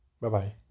Bye-bye